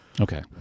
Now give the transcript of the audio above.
Okay